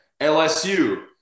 LSU